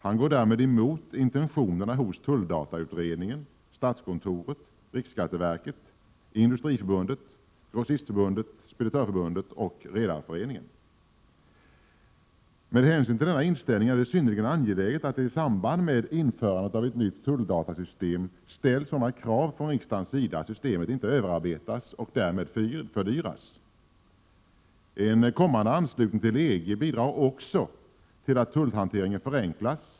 Han går därmed emot tulldatautredningens, statskontorets, riksskatteverkets, Industriförbundets, Grossistförbundets, Speditörförbundets och Redareföreningens intentioner. Med hänsyn till denna inställning är det synnerligen angeläget att det i samband med införandet av ett nytt tulldatasystem ställs sådana krav från riksdagens sida att systemet inte överarbetas och därmed fördyras. En kommande anslutning till EG bidrar också till att tullhanteringen förenklas.